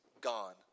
gone